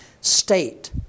state